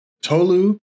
Tolu